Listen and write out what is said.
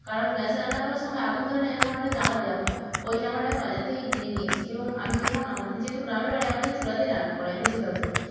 কারণ গ্যাসে রান্না করার সময় আগুন ধরে না এরকম একটা জামা দেওয়া হয় ওই জামাটা আমি বাজার থেকে কিনে নিয়েছি এবং আমি যখন আমাদের যেহেতু গ্রামে বাড়ি আমাদের চুলাতেই রান্না করা হয় বেশিরভাগ সময়